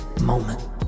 moment